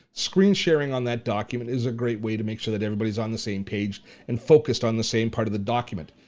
screen sharing on that document is a great way to make sure that everybody's on the same page and focused on the same part of the document.